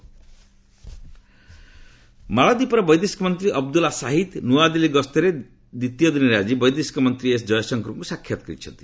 ଜୟଶଙ୍କର ମାଳଦୀପର ବୈଦେଶିକ ମନ୍ତ୍ରୀ ଅବଦୁଲା ସାହିଦ୍ ନୂଆଦିଲ୍ଲୀ ଗସ୍ତର ଦ୍ୱିତୀୟ ଦିନରେ ଆଜି ବୈଦେଶିକ ମନ୍ତ୍ରୀ ଏସ୍ ଜୟଶଙ୍କରଙ୍କୁ ସାକ୍ଷାତ କରିଛନ୍ତି